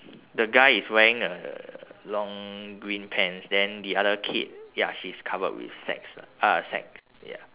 the guy is wearing a long green pants then the other kid ya she's covered with sacks lah uh sack ya